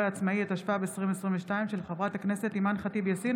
התשפ''א 2021, של חבר הכנסת יואב קיש.